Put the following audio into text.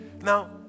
Now